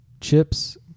Chips